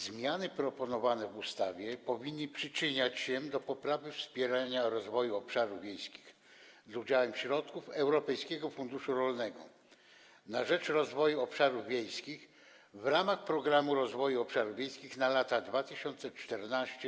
Zmiany proponowane w ustawie powinny przyczynić się do poprawy wspierania rozwoju obszarów wiejskich z udziałem środków Europejskiego Funduszu Rolnego na rzecz Rozwoju Obszarów Wiejskich w ramach Programu Rozwoju Obszarów Wiejskich na lata 2014–2020 r.